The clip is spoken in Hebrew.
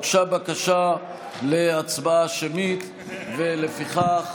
הוגשה בקשה להצעה שמית, ולפיכך